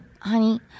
honey